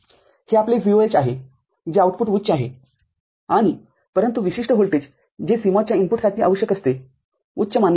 हे आपले VOH आहे जे आउटपुट उच्च आहे आणिपरंतु प्रविष्ट व्होल्टेज जे CMOS च्या इनपुटसाठीआवश्यक असते उच्चमानले जाते